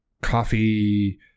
coffee